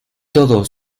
todo